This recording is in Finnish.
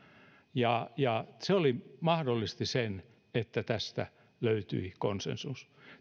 se mahdollisti sen että tästä löytyi konsensus